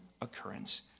occurrence